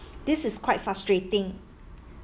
this is quite frustrating